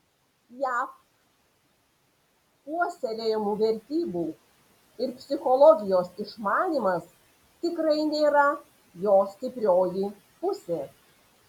jav puoselėjamų vertybių ir psichologijos išmanymas tikrai nėra jo stiprioji pusė